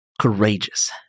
courageous